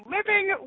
Living